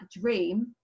dream